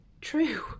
true